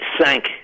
sank